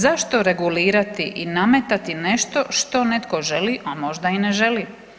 Zašto regulirati i nametati nešto što netko želi, a možda i ne želi?